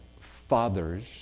fathers